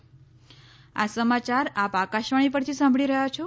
corona appeal આ સમાચાર આપ આકાશવાણી પરથી સાંભળી રહ્યા છો